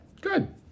Good